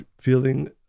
feeling